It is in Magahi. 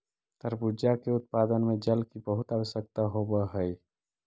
तरबूजा के उत्पादन में जल की बहुत आवश्यकता होवअ हई